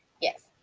Yes